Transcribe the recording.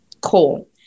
Cool